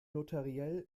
notariell